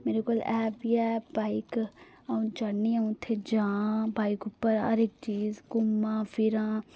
मेरे कोल है बी बाइक अ 'ऊ चाह्न्नीं आं इत्ते जां बाइक उप्पर हर इक चीज घूमा फिरां